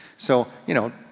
so, you know,